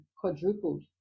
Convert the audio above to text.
quadrupled